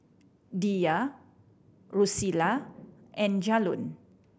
Diya Drusilla and Jalon